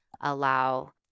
allow